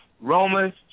Romans